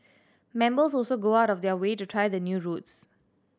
members also go out of their way to try the new routes